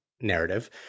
narrative